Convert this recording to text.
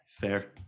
fair